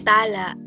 Tala